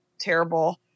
terrible